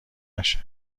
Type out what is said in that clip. نشه